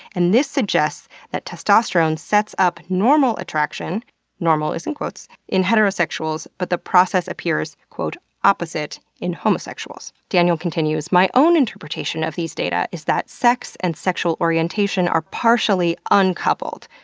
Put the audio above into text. and this suggests that testosterone sets up normal attraction normal is in quotes in heterosexuals but the process appears opposite in homosexuals. daniel continues, my own interpretation of these data is that sex and sexual orientation are partially uncoupled.